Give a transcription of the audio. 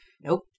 Nope